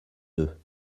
deux